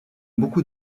beaucoup